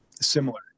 similar